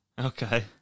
Okay